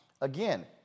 again